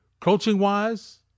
Coaching-wise